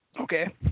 Okay